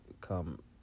come